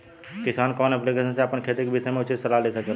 किसान कवन ऐप्लिकेशन से अपने खेती के विषय मे उचित सलाह ले सकेला?